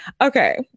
Okay